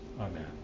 Amen